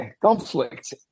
conflict